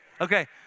Okay